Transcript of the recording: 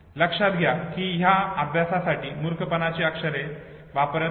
लक्षात घ्या की ते या अभ्यासासाठी मूर्खपणाची अक्षरे वापरत होते